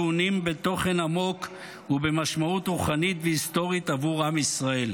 טעונים בתוכן עמוק ובמשמעות רוחנית והיסטורית עבור עם ישראל.